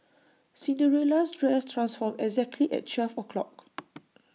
Cinderella's dress transformed exactly at twelve o'clock